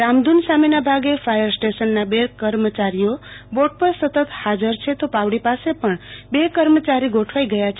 રામધૂન સામેના ભાગે ફાયર સ્ટેશનના બે કર્મચારીઓ બોટ પર સતત હાજર છે તો પાવડી પાસે પણ બે કર્મચારી ગોઠવાઈ ગયા છે